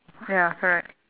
ya correct